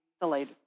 delayed